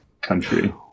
country